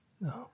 No